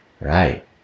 right